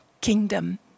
kingdom